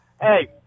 Hey